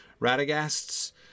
Radagast's